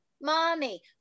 mommy